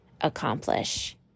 accomplish